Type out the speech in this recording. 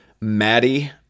Maddie